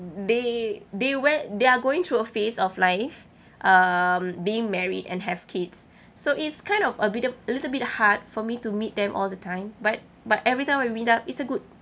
they they where they are going through a phase of life um being married and have kids so it's kind of a bit of a little bit hard for me to meet them all the time but but every time when we meet up it's a good